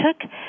took